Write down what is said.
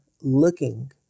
looking